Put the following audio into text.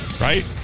right